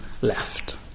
left